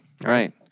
Right